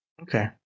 Okay